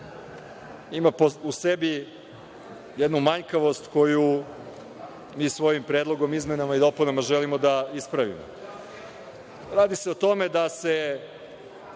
ima u sebi jednu manjkavost koju mi sa ovim predlogom o izmenama i dopunama želimo da ispravimo. Radi se o tome da se